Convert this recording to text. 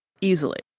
easily